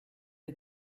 est